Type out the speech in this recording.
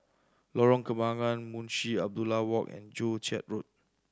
Lorong Kembangan Munshi Abdullah Walk and Joo Chiat Road